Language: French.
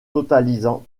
totalisant